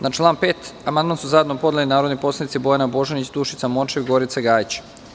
Na član 4. amandman su zajedno podneli narodni poslanici dr Nenad Popović, Bojana Božanić, Dušica Morčev i Gorica Gajić.